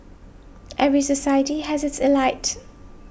every society has its elite